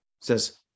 says